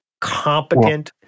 competent